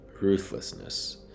ruthlessness